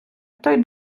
той